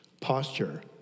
Posture